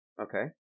okay